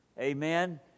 Amen